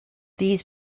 these